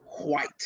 white